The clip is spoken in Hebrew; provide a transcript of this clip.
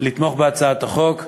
לתמוך בהצעת החוק,